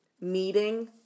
meeting